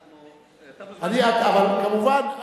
אתה מוזמן לסיור,